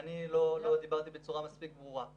אני לא דיברתי בצורה מספיק ברורה.